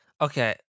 Okay